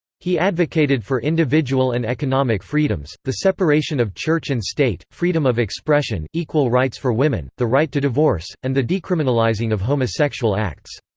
he advocated for individual and economic freedoms, the separation of church and state, freedom of expression, equal rights for women, the right to divorce, and the decriminalising of homosexual acts.